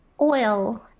oil